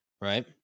right